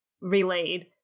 relayed